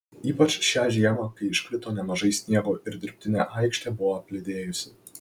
ypač šią žiemą kai iškrito nemažai sniego ir dirbtinė aikštė buvo apledėjusi